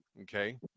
okay